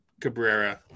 Cabrera